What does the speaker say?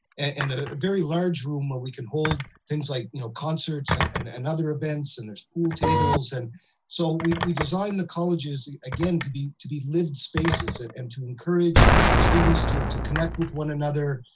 and ah very large room where we can hold things like you know concerts and and other events, and there's pool tables, and so we designed the colleges, again, to be to be lived spaces and and to encourage students to to connect with one another,